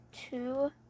two